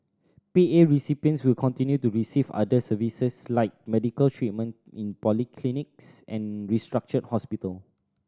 P A recipients who continue to receive other services like medical treatment in polyclinics and restructured hospital